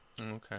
Okay